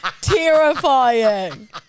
terrifying